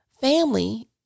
Family